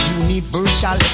universal